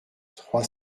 trois